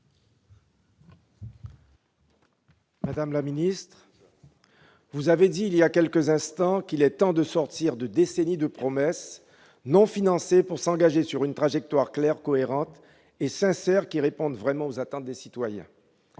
Madame la ministre, vous avez dit il y a quelques instants qu'il était temps de sortir de décennies de promesses non financées pour s'engager sur une trajectoire claire, cohérente et sincère qui réponde vraiment aux attentes des citoyens.